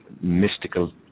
mystical